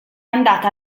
andata